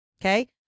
okay